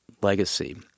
legacy